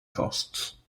costs